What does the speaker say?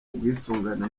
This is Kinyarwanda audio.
ubwisungane